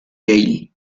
yale